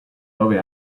nove